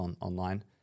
online